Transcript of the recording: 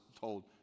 told